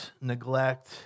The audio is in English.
neglect